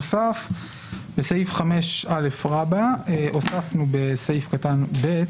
בסעיף 5א רבה הוספנו בסעיף קטן (ב)